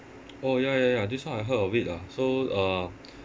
oh ya ya ya this one I heard of it ah so uh